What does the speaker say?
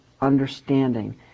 understanding